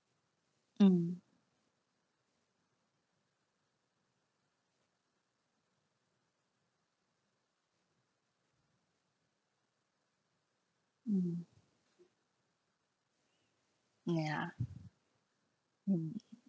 mm mm ya mm